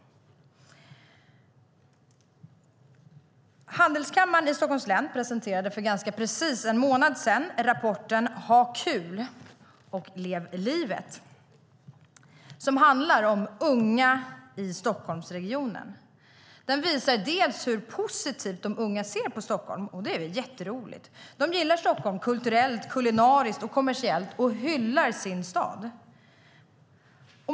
Stockholms Handelskammare presenterade för ganska precis en månad sedan rapporten Ha kul och leva livet . Den handlar om unga i Stockholmsregionen. Den visar hur positivt de unga ser på Stockholm, och det är jätteroligt. De gillar Stockholm kulturellt, kulinariskt och kommersiellt och hyllar sin stad.